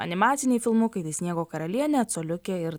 animaciniai filmukai tai sniego karalienė coliukė ir